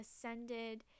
ascended